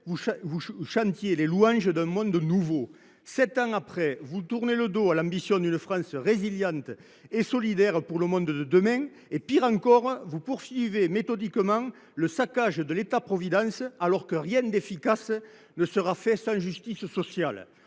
vous chantiez les louanges d’un monde nouveau. Sept ans plus tard, vous tournez le dos à l’ambition d’une France résiliente et solidaire pour le monde de demain. Pis encore, vous poursuivez méthodiquement le saccage de l’État providence, alors que rien d’efficace ne se fera sans justice sociale.